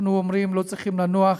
אנחנו אומרים: לא צריכים לנוח,